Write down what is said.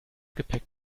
gepäck